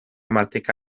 marteka